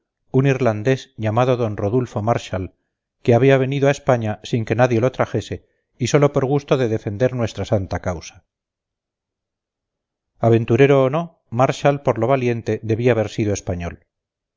un irlandés llamado d rodulfo marshall que había venido a españa sin que nadie lo trajese y sólo por gusto de defender nuestra santa causa aventurero o no marshall por lo valiente debía haber sido español